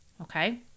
Okay